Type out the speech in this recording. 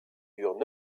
eurent